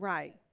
Right